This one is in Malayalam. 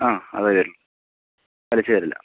ആ അത് വരുമായിരിക്കും അടച്ചു തീരില്ല